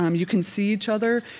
um you can see each other,